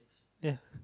ya